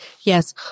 Yes